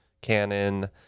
Canon